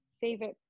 favorite